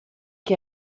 che